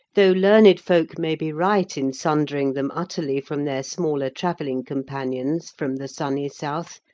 though learned folk may be right in sundering them utterly from their smaller travelling companions from the sunny south,